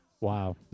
Wow